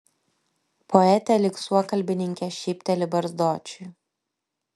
poetė lyg suokalbininkė šypteli barzdočiui